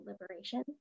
Liberation